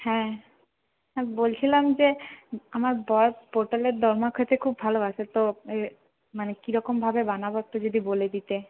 হ্যাঁ বলছিলাম যে আমার বর পটলের দোরমা খেতে খুব ভালোবাসে তো মানে কীরকমভাবে বানাব একটু যদি বলে দিতে